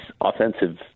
offensive